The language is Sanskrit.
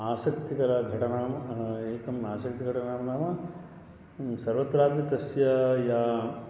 आसक्तिकरघटनाम् एकम् आसक्तिघटनां नाम किं सर्वत्रापि तस्य या